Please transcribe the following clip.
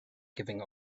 giving